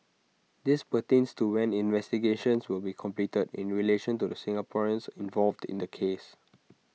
this pertains to when investigations will be completed in relation to the Singaporeans involved in the case